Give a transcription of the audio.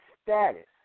Status